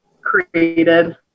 created